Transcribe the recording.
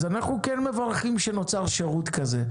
אז אנחנו מברכים שנוצר שירות כזה,